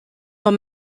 dans